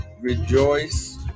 rejoice